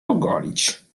ogolić